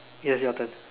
yes your turn